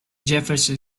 jefferson